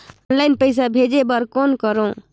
Online पईसा भेजे बर कौन करव?